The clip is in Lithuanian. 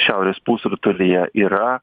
šiaurės pusrutulyje yra